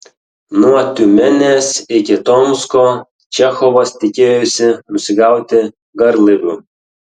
nuo tiumenės iki tomsko čechovas tikėjosi nusigauti garlaiviu